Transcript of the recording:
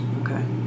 Okay